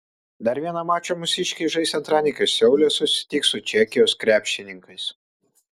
dar vieną mačą mūsiškiai žais antradienį kai seule susitiks su čekijos krepšininkais